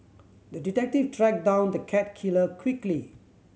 the detective tracked down the cat killer quickly